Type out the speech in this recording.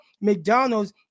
McDonald's